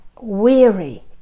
weary